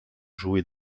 joué